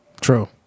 True